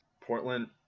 Portland